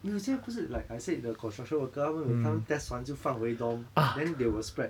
没有现在不是 like I said the construction worker 他们每他们 test 完就放回 dorm then they will spread